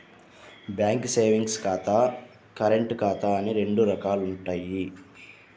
bank savings ఖాతా, current ఖాతా అని రెండు రకాలుంటయ్యి